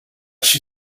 she